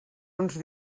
uns